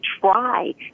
try